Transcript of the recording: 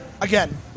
again